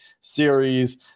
series